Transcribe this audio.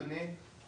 אדוני,